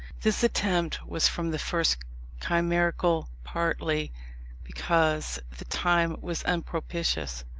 this attempt was from the first chimerical partly because the time was unpropitious,